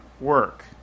work